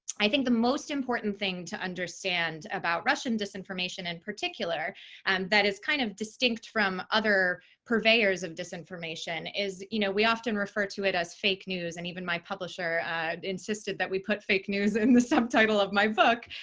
i think the most important thing to understand about russian disinformation in and particular particular and that is kind of distinct from other purveyors of disinformation is, you know we often refer to it as fake news. and even my publisher insisted that we put fake news in the subtitle of my book,